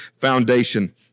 foundation